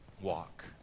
Walk